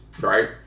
right